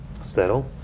settle